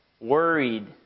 worried